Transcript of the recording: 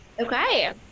Okay